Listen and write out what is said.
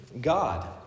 God